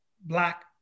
Black